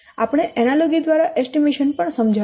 આપણે એનાલોગી દ્વારા એસ્ટીમેશન પણ સમજાવ્યું